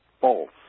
false